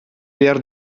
behar